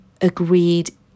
agreed